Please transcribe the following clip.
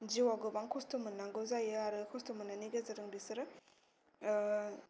जिउआव गोबां खस्थ' मोननांगौ जायो आरो खस्थ' मोननायनि गेजेरजों बेसोरो